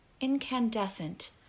incandescent